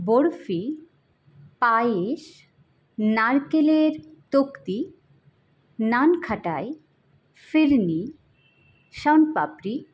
বরফি পায়েস নারকেলের তোক্তি নানখাটাই ফিরনি সোনপাপড়ি